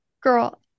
girl